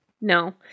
No